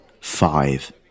five